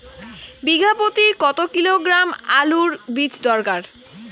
বিঘা প্রতি কত কিলোগ্রাম আলুর বীজ দরকার?